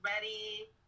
ready